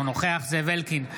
אינו נוכח זאב אלקין,